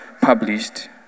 published